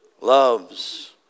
Loves